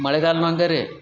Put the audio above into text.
ಮಳೆಗಾಲನೂ ಹಂಗೆ ರೀ